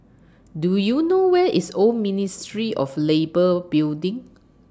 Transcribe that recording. Do YOU know Where IS Old Ministry of Labour Building